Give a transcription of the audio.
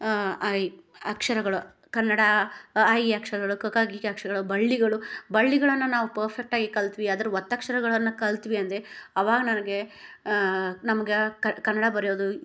ಅ ಆ ಇ ಅಕ್ಷರಗಳು ಕನ್ನಡ ಅ ಆ ಇ ಈ ಅಕ್ಷರಗಳು ಕ ಕಾ ಕಿ ಕೀ ಅಕ್ಷರಗಳು ಬಳ್ಳಿಗಳು ಬಳ್ಳಿಗಳನ್ನ ನಾವು ಪರ್ಫೆಕ್ಟಾಗಿ ಕಲ್ತ್ವಿ ಅದರ ಒತ್ತಕ್ಷರಗಳನ್ನ ಕಲ್ತ್ವಿ ಅಂದೆ ಅವಾಗ್ ನನಗೆ ನಮ್ಗೆ ಕನ್ನಡ ಬರಿಯೋದು